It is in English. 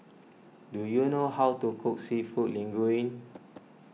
do you know how to cook Seafood Linguine